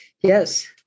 Yes